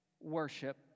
worship